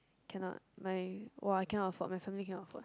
cannot my !wow! I cannot afford my family cannot afford